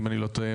אם אני לא טועה,